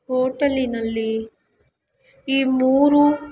ಹೋಟಲಿನಲ್ಲಿ ಈ ಮೂರೂ